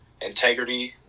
integrity